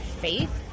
faith